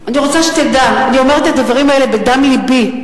אני רוצה שתדע, אני אומרת את הדברים האלה בדם לבי,